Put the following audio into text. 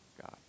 God